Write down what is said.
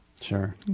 sure